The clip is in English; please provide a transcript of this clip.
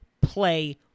play